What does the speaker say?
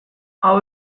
hau